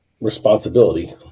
responsibility